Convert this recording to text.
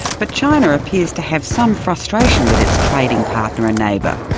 but china appears to have some frustration with its trading partner and neighbour.